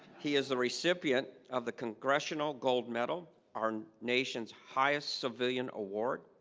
he is the recipient of the congressional gold medal, our nation's highest civilian award.